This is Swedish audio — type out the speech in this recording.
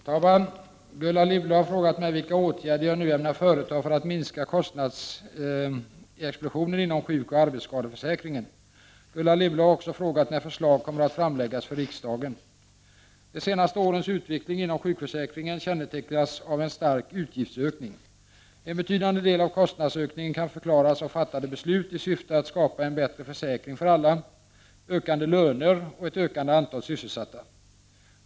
Herr talman! Gullan Lindblad har frågat mig vilka åtgärder jag nu ämnar företa för att minska kostnadsexplosionen inom sjukoch arbetsskadeförsäkringen. Gullan Lindblad har också frågat när förslag kommer att framläggas för riksdagen. De senaste årens utveckling inom sjukförsäkringen kännetecknas av en stark utgiftsökning. En betydande del av kostnadsökningen kan förklaras av fattade beslut i syfte att skapa en bättre försäkring för alla, ökande löner och ett ökande antal sysselsatta.